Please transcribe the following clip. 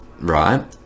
right